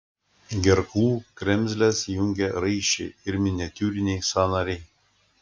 gerklų kremzles jungia raiščiai ir miniatiūriniai sąnariai